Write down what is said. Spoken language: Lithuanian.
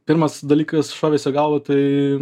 pirmas dalykas šovęs į galvą tai